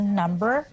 number